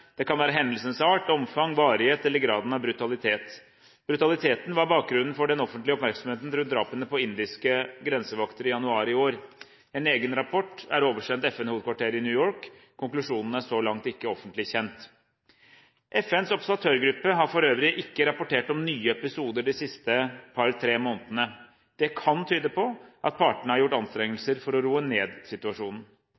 Det kan være hendelsenes art, omfang, varighet eller graden av brutalitet. Brutaliteten var bakgrunnen for den offentlige oppmerksomheten rundt drapene på indiske grensevakter i januar i år. En egen rapport er oversendt FN-hovedkvarteret i New York. Konklusjonene er så langt ikke offentlig kjent. FNs observatørgruppe har for øvrig ikke rapportert om nye episoder de siste par–tre månedene. Det kan tyde på at partene har gjort